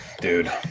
dude